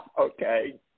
Okay